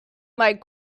might